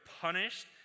punished